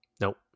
Nope